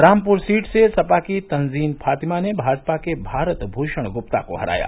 Rampur seat से सपा की तंजीन फातिमा ने भाजपा के भारत भूषण गुप्ता को हराया